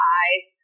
eyes